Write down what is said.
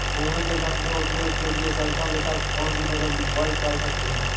भूमि के सम्पूर्ण उपयोग के लिए सरसो के साथ कौन सी फसल की बुआई कर सकते हैं?